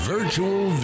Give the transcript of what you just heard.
Virtual